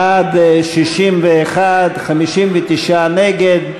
בעד, 59, נגד,